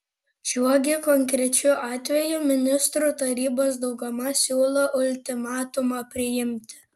šiuo gi konkrečiu atveju ministrų tarybos dauguma siūlo ultimatumą priimti